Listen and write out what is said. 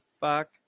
fuck